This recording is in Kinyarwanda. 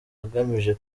agamije